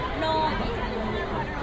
No